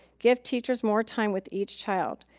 give teachers more time with each child.